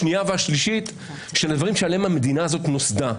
השנייה והשלישית של דברים עליהם המדינה הזאת נוסדה.